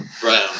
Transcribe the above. Brown